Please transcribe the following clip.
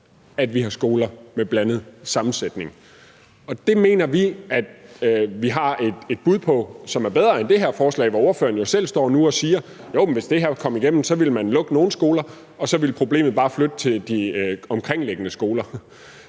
at vi har skoler med blandet sammensætning. Det mener vi at vi har et bud på, som er bedre end det her forslag, hvor ordføreren jo selv står nu og siger, at hvis det kommer igennem, vil man lukke nogle skoler, og så vil problemet bare flytte til de omkringliggende skoler.